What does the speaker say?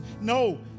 No